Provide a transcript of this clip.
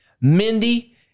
Mindy